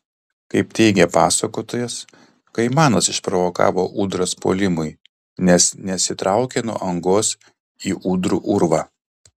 kaip teigia pasakotojas kaimanas išprovokavo ūdras puolimui nes nesitraukė nuo angos į ūdrų urvą